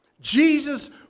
Jesus